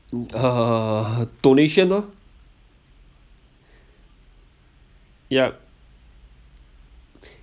(uh huh) donation loh yup